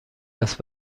است